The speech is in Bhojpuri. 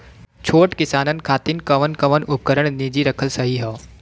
छोट किसानन खातिन कवन कवन उपकरण निजी रखल सही ह?